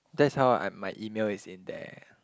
that's how I my E-mail is in there